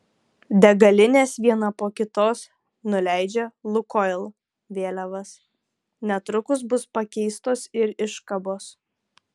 degalinės viena po kitos nuleidžia lukoil vėliavas netrukus bus pakeistos ir iškabos